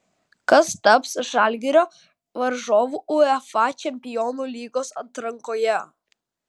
kas taps žalgirio varžovu uefa čempionų lygos atrankoje